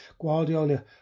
Guardiola